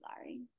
sorry